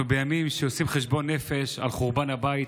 אנחנו בימים שעושים חשבון נפש על חורבן הבית,